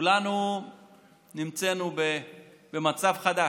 כולנו נמצאנו במצב חדש.